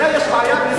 אולי יש בעיה בישראל,